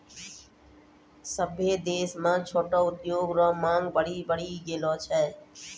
सभ्भे देश म छोटो उद्योग रो मांग बड्डी बढ़ी गेलो छै